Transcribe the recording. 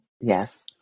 Yes